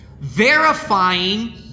verifying